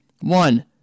One